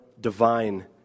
divine